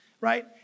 right